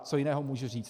Co jiného můžu říct?